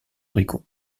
rico